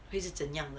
会是怎样的